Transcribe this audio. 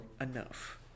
enough